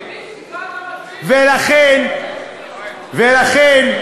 ולכן ולכן,